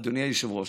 אדוני היושב-ראש,